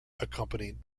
accompanied